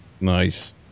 Nice